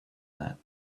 that